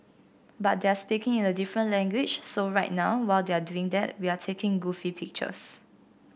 but they're speaking in a different language so right now while they're doing that we're taking goofy pictures